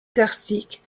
karstiques